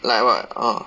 like what uh